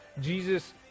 Jesus